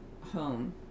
home